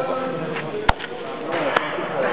הכנסת